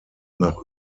nach